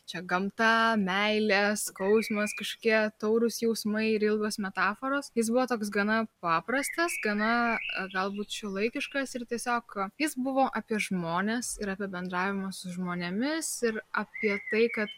čia gamta meilė skausmas kažkokie taurūs jausmai ir ilgos metaforos jis buvo toks gana paprastas gana galbūt šiuolaikiškas ir tiesiog jis buvo apie žmones ir apie bendravimą su žmonėmis ir apie tai kad